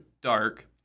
dark